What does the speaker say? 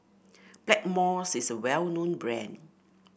Blackmores is well known brand